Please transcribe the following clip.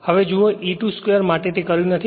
હવે જુઓ E 2 2 માટે મેં તે કર્યું નથી